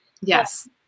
yes